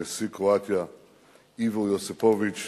נשיא קרואטיה איוו יוסיפוביץ,